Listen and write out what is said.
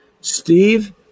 Steve